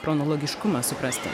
chronologiškumą suprasti